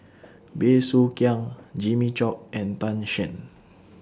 Bey Soo Khiang Jimmy Chok and Tan Shen